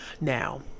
Now